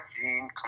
gene